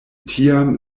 tiam